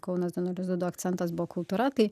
kaunas du nulis du du akcentas buvo kultūra tai